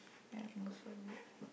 at most worried